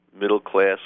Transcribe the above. middle-class